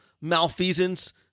malfeasance